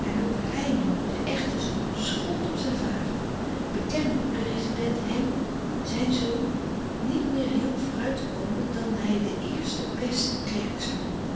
en ook hij nu de echte zoon schold op zijn vader bekende hoe de rezident hem zijn zoon niet meer hielp vooruit te komen dan hij den eersten besten klerk zoû doen